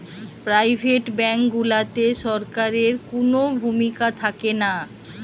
private bank গুলাতে সরকারের কুনো ভূমিকা থাকেনা